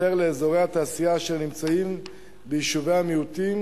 לאזורי התעשייה אשר נמצאים ביישובי המיעוטים,